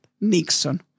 Nixon